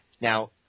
Now